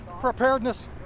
preparedness